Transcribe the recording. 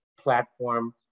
platform